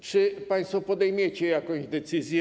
Czy państwo podejmiecie jakąś decyzję?